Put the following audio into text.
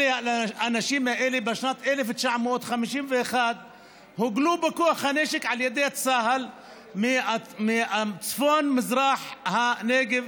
האנשים האלה בשנת 1951 הוגלו בכוח הנשק על ידי צה"ל מצפון מזרח הנגב,